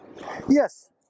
Yes